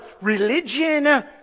religion